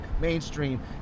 mainstream